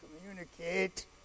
communicate